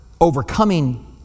overcoming